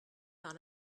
par